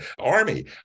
army